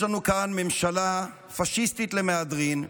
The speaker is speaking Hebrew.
יש לנו כאן ממשלה פשיסטית למהדרין,